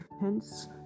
Hence